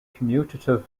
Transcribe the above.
commutative